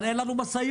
אבל אין לנו משאיות,